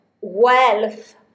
wealth